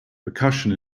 percussion